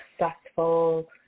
successful